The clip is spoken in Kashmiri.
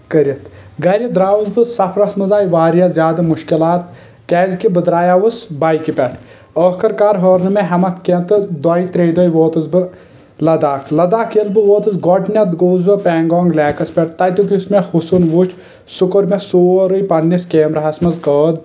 کٔرِتھ گرِ درٛاوُس بہٕ سفرس منٛز آیہِ واریاہ زیادٕ مشکِلات کیازکہِ بہٕ درٛایاوُس بایکہِ پٮ۪ٹھ ٲخر کار ہٲر نہٕ مےٚ ہیٚمتھ کینٛہہ تہٕ دۄیہِ ترٛیٚیہِ دُہۍ ووتُس بہٕ لداخ لداخ ییٚلہِ بہٕ ووتُس گۄڈنیتھ گووُس بہٕ پینگونگ لیکَس پٮ۪ٹھ تتیُک یُس مےٚ حُسُن وٕچھ سُہ کوٚر مےٚ سورُے پننِس کیمرا ہس منٛز قٲد